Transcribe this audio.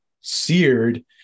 seared